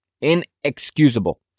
Inexcusable